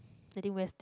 I think